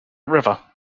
river